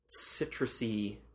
citrusy